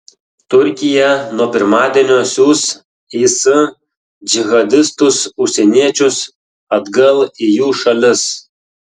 turkija nuo pirmadienio siųs is džihadistus užsieniečius atgal į jų šalis